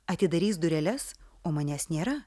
atidarys dureles o manęs nėra